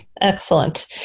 Excellent